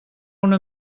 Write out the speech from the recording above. una